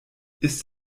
ist